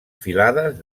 filades